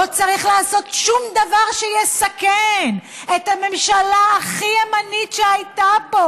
לא צריך לעשות שום דבר שיסכן את הממשלה הכי ימנית שהייתה פה,